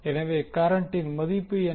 எனவே கரண்ட்டின் மதிப்பு என்ன